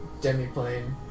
demiplane